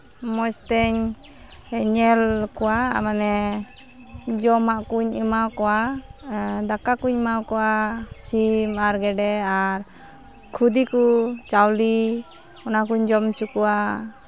ᱢᱚᱡᱽᱛᱤᱧ ᱧᱮᱞ ᱠᱚᱣᱟ ᱢᱟᱱᱮ ᱡᱚᱢᱟᱜ ᱠᱩᱧ ᱮᱢᱟᱠᱚᱣᱟ ᱫᱟᱠᱟ ᱠᱩᱯᱧ ᱮᱢᱟᱠᱚᱣᱟ ᱥᱤᱢ ᱟᱨ ᱜᱮᱰᱮ ᱟᱨ ᱠᱷᱚᱫᱮ ᱠᱚ ᱪᱟᱣᱞᱮ ᱚᱱᱟ ᱠᱩᱧ ᱡᱚᱢ ᱚᱪᱚ ᱠᱚᱣᱟ